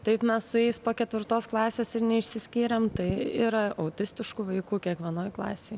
taip mes su jais po ketvirtos klasės ir neišsiskyrėm tai yra autistiškų vaikų kiekvienoj klasėj